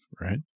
right